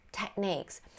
techniques